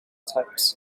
types